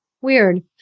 weird